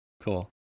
cool